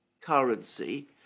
currency